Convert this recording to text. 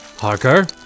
Harker